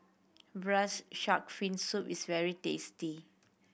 Braised Shark Fin Soup is very tasty